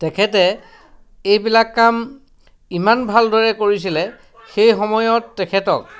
তেখেতে এইবিলাক কাম ইমান ভালদৰে কৰিছিলে সেই সময়ত তেখেতক